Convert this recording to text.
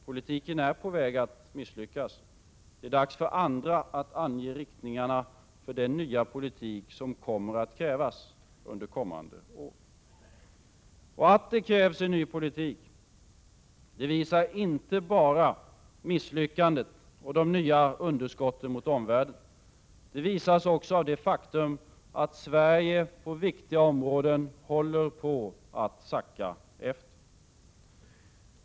Politiken är på väg att misslyckas. Det är dags för andra att ange riktningarna för den nya politik som krävs under kommande år. Att det krävs en ny politik visar inte bara misslyckandet och de nya underskotten mot omvärlden. Det visas också av det faktum, att Sverige på viktiga områden håller på att sacka efter.